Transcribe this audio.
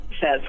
says